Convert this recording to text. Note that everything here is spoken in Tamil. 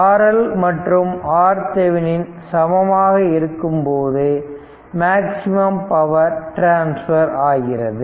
RL மற்றும் RThevenin சமமாக இருக்கும் போது மேக்ஸிமம் பவர் டிரான்ஸ்பர் ஆகிறது